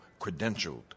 credentialed